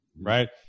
right